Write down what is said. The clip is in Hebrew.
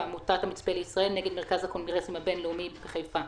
עמותת המצפה לישראל נגד מרכז הקונגרסים הבינלאומי בחיפה".